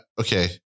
okay